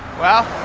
well,